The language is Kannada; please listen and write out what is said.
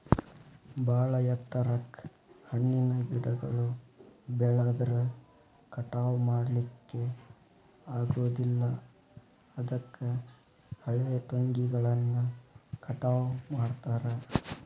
ಬಾಳ ಎತ್ತರಕ್ಕ್ ಹಣ್ಣಿನ ಗಿಡಗಳು ಬೆಳದ್ರ ಕಟಾವಾ ಮಾಡ್ಲಿಕ್ಕೆ ಆಗೋದಿಲ್ಲ ಅದಕ್ಕ ಹಳೆಟೊಂಗಿಗಳನ್ನ ಕಟಾವ್ ಮಾಡ್ತಾರ